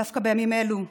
דווקא בימים אלו,